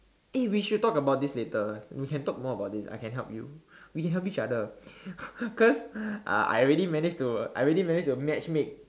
eh we should talk about this later we can talk more about this I can help you we can help each other cause uh I already managed to I already managed to matchmake